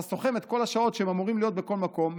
אתה סוכם את כל השעות שהם אמורים להיות בכל מקום,